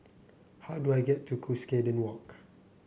how do I get to Cuscaden Walk